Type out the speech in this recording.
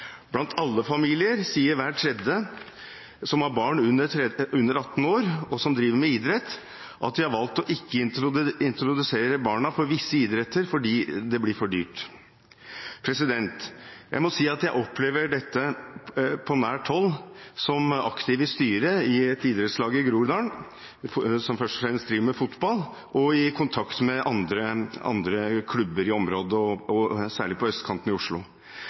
Blant alle familier sier hver tredje som har barn under 18 år som driver med idrett, at de har valgt ikke å introdusere visse idretter for barna fordi det blir for dyrt. Jeg må si at jeg opplever dette på nært hold, som aktiv i styret i et idrettslag i Groruddalen – som først og fremst driver med fotball – og i kontakt med andre klubber i området, særlig på østkanten i Oslo.